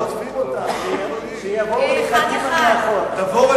תבואו אחד-אחד.